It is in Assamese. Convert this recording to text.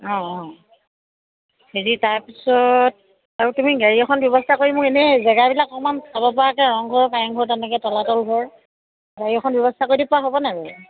অ অ হেৰি তাৰপিছত আৰু তুমি গাড়ী এখন ব্যৱস্থা কৰি মোক এনে জেগাবিলাক অকণমান চাব পৰাকৈ ৰংঘৰ কাৰেংঘৰ তেনেকৈ তলাতল ঘৰ গাড়ী এখনৰ ব্যৱস্থা কৰি দিব পৰা হ'ব নাই বাৰু